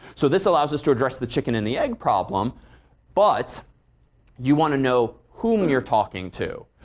so this allows us to address the chicken and the egg problem but you want to know whom you're talking to.